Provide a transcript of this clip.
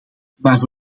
maar